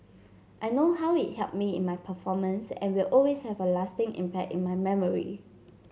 I know how it helped me in my performance and will always have a lasting impact in my memory